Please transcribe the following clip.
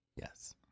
yes